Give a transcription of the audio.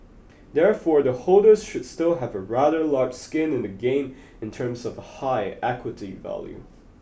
therefore the holders should still have a rather large skin in the game in terms of a high equity value